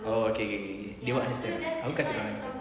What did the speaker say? oh okay okay okay they will understand aku kasi dorang understand